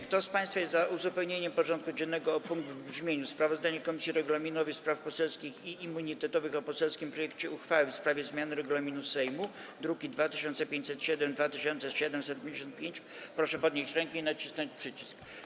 Kto z państwa jest za uzupełnieniem porządku dziennego o punkt w brzmieniu: Sprawozdanie Komisji Regulaminowej, Spraw Poselskich i Immunitetowych o poselskim projekcie uchwały w sprawie zmiany Regulaminu Sejmu, druki nr 2507 i 2755, proszę podnieść rękę i nacisnąć przycisk.